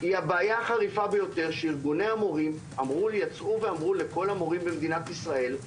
היא הבעיה החריפה ביותר שארגוני המורים אמרו לכל המורים במדינת ישראל,